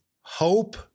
hope